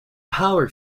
power